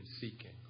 seeking